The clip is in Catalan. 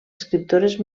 escriptores